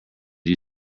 you